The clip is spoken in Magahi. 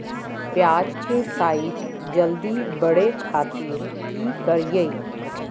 प्याज के साइज जल्दी बड़े खातिर की करियय?